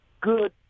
good